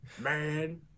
man